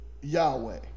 Yahweh